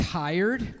tired